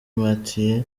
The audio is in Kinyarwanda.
mathieu